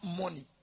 money